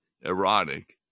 erotic